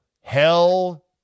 Hell